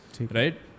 right